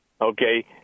okay